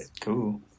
cool